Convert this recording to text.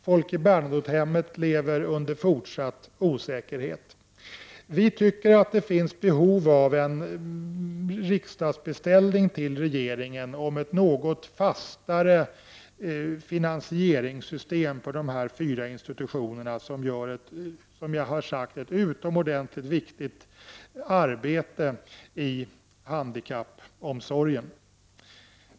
Folke Bernadotte-hemmet lever med en fortsatt osäkerhet. Vi i folkpartiet anser att det finns ett behov av en riksdagsbeställning till regeringen om ett något fastare finansieringssystem för de fyra regioninstitutioner som utför ett mycket viktigt arbete inom handikappomsorgen.